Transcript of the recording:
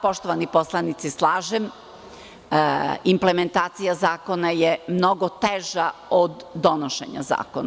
Poštovani poslanici, slažem se sa vama – implementacija zakona je mnogo teža od donošenja zakona.